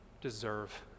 deserve